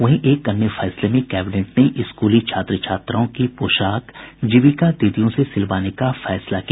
वहीं एक अन्य फैसले में कैबिनेट ने स्कूली छात्र छात्राओं की पोशाक जीविका दीदियों से सिलवाने का फैसला किया